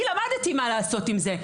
אני למדתי מה לעשות עם זה,